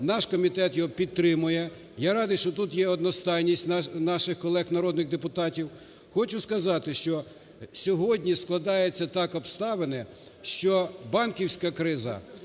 Наш комітет його підтримує. Я радий, що тут є одностайність наших колег народних депутатів. Хочу сказати, що сьогодні складаються так обставини, що банківська криза